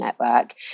network